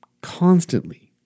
constantly